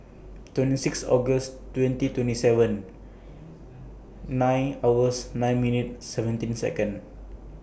twenty six August twenty twenty seven nine hours nine minutes seventeen Second